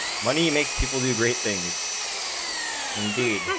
money makes people do great things and